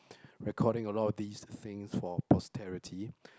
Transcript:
recording a lot of these things for posterity